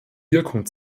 wirkung